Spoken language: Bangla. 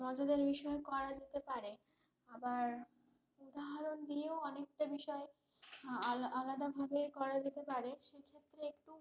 মজাদার বিষয় করা যেতে পারে আবার উদাহরণ দিয়েও অনেকটা বিষয় আলাদাভাবে করা যেতে পারে সে ক্ষেত্রে একটু